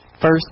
First